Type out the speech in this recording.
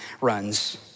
runs